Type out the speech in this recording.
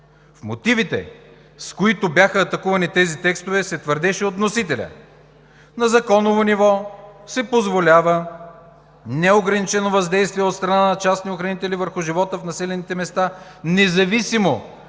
В мотивите, с които бяха атакувани тези текстове, се твърдеше от вносителя: на законово ниво се позволява неограничено въздействие от страна на частни охранители върху живота в населените места, независимо